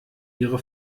ihre